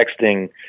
texting